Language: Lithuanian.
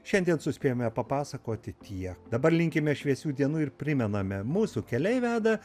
šiandien suspėjome papasakoti tiek dabar linkime šviesių dienų ir primename mūsų keliai veda